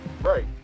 Right